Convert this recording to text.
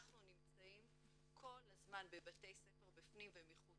אנחנו נמצאים כל הזמן בבתי הספר בפנים ומחוץ.